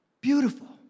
beautiful